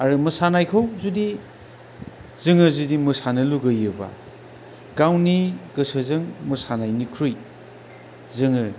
आरो मोसानायखौ जुदि जोङो जुदि मोसानो लुबैयोब्ला गावनि गोसोजों मोसानायनिख्रुइ जोङो